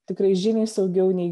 tikrai žymiai saugiau nei